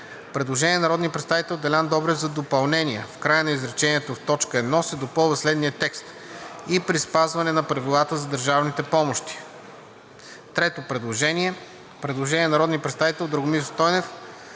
Предложение на народния представител Делян Добрев за допълнение в края на изречението, в т. 1 се допълва следният текст: „и при спазване на правилата за държавните помощи.“ 3. Предложение на народния представител Драгомир Стойнев